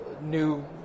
new